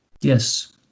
Yes